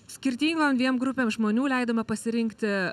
skirtingom dviem grupėm žmonių leidome pasirinkti